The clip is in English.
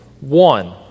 One